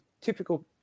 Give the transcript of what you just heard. typical